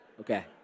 Okay